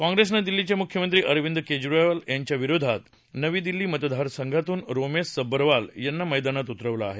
काँप्रेसनं दिल्लीचे मुख्यमंत्री अरविद केजरीवाल यांच्याविरोधात नवी दिल्ली मतदारसंघातून रोमेश सब्बरवाल यांना मद्रामात उतरवलं आहे